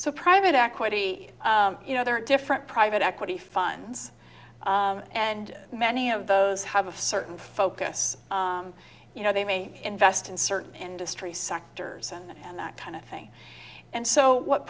so private equity you know there are different private equity funds and many of those have a certain focus you know they may invest in certain industries sectors and that kind of thing and so what